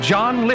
John